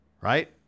Right